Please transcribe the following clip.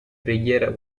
preghiera